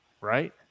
Right